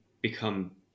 become